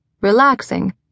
Relaxing